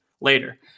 later